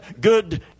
good